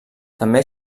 també